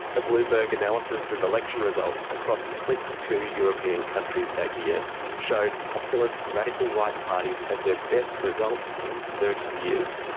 a bloomberg analysis of election results across twenty two european countries that year showed populist radical right parties had their best results in thirty years.